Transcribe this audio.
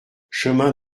chemin